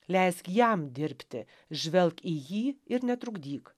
leisk jam dirbti žvelk į jį ir netrukdyk